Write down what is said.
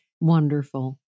Wonderful